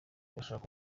irashaka